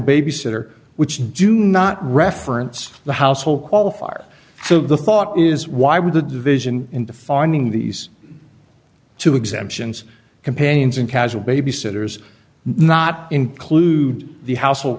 babysitter which do not reference the household qualifier so the thought is why would a division into finding these two exemptions companions and casual babysitters not include the household